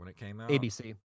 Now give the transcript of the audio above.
ABC